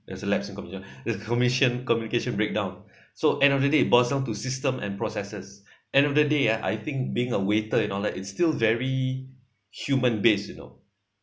there's a lapse in communication the commission communication breakdown so end of the day bosom to system and processes end of the day ah I think being a waiter and all that it's still very human base you know